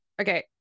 Okay